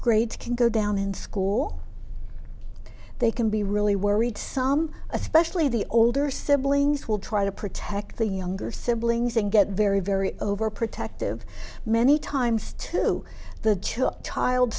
grades can go down in school they can be really worried some especially the older siblings will try to protect the younger siblings and get very very overprotective many times to the child